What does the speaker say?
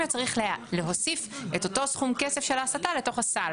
צריך להוסיף את אותו סכום כסף של ההסטה לתוך הסל,